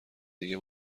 دیگه